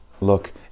look